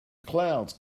clouds